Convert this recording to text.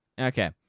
Okay